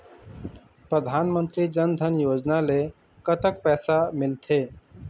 परधानमंतरी जन धन योजना ले कतक पैसा मिल थे?